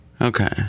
Okay